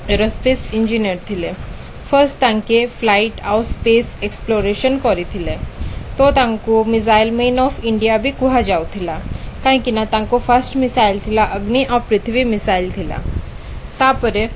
aero space engineer ଥିଲେ first ତାଙ୍କେ flight ଆଉ ସ୍ପେସ୍ ଏକ୍ସପ୍ଲୋରେସନ୍ କରିଥିଲେ ତୋ ତାଙ୍କୁ ମିଜାଇଲ୍ ମେନ୍ ଅଫ ଇଣ୍ଡିଆ ବି କୁହାଯାଉଥିଲା କାହିଁକିନା ତାଙ୍କ ଫାର୍ଷ୍ଟ ମିସାଇଲ୍ ଥିଲା ଅଗ୍ନି ପୃଥିବୀ ମିସାଇଲ୍ ଥିଲା ତା'ପରେ